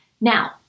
Now